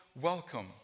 welcome